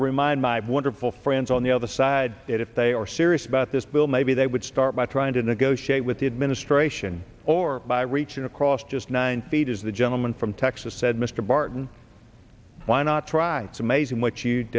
would remind my wonderful friends on the other side that if they are serious about this bill maybe they would start by trying to negotiate with the administration or by reaching across just nine feet as the gentleman from texas said mr barton why not try some maze in which you